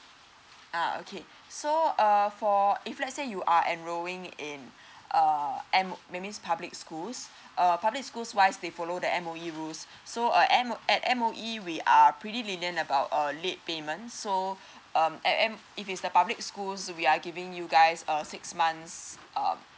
uh okay so err for if let's say you are enrolling in uh M maybe public schools uh public schools wise they follow the M_O_E rules so uh M at M_O_E we are pretty lenient about uh late payment so um at M if it's a public schools we are giving you guys a six months uh